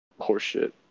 horseshit